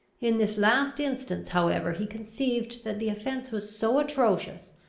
in this last instance however he conceived that the offence was so atrocious,